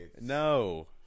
no